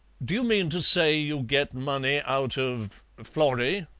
do you mean to say you get money out of florrie?